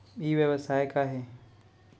ई व्यवसाय का हे?